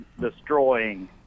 destroying